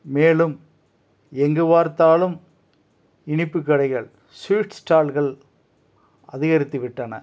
மேலும் எங்கு பார்த்தாலும் இனிப்பு கடைகள் சுவீட் ஸ்டால்கள் அதிகரித்து விட்டன